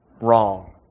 wrong